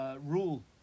rule